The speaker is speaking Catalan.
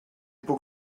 puc